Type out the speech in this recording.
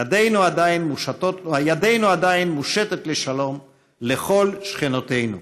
ידנו עדיין מושטת לשלום לכל שכנותינו.